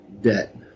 debt